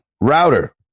Router